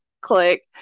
click